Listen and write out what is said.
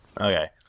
Okay